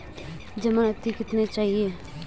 ज़मानती कितने चाहिये?